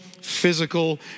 physical